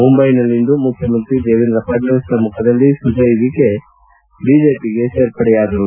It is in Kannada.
ಮುಂಬೈನಲ್ಲಿಂದು ಮುಖ್ಯಮಂತ್ರಿ ದೇವೇಂದ್ರ ಫಡ್ನವೀಸ್ ಸಮ್ನುಖದಲ್ಲಿ ಸುಜಯ್ ವಿಖೆ ಪಾಟೀಲ್ ಬಿಜೆಪಿಗೆ ಸೇರ್ಪಡೆಯಾದರು